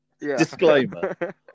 Disclaimer